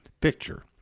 picture